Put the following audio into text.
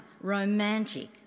romantic